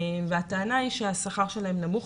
הטענה היא שהשכר שלהם הוא נמוך.